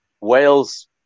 Wales